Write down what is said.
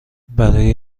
برای